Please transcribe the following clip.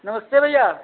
नमस्ते भैया